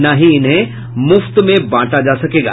न ही इन्हें मुफ्त में बांटा जा सकेगा